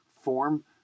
form